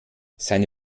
seine